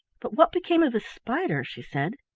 but what became of the spider? she said.